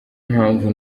mpamvu